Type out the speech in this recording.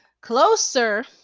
closer